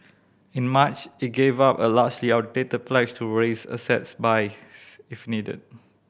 in March it gave up a largely outdated pledge to raise assets buy if needed